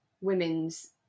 women's